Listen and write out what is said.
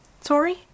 Sorry